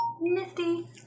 Nifty